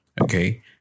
Okay